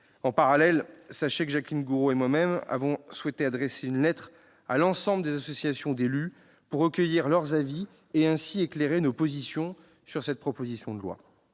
en parallèle, Jacqueline Gourault et moi-même avons souhaité adresser une lettre à l'ensemble des associations d'élus pour recueillir leurs avis et ainsi éclairer nos positions sur cette proposition de loi.